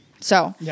So-